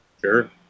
Sure